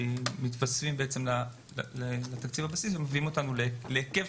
שמתווספים לתקציב הבסיס ומביאים אותנו להיקף